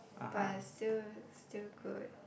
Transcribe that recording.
but it's still still good